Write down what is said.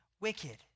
wicked